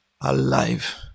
alive